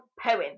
poem